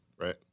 right